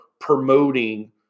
promoting